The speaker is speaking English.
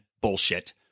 bullshit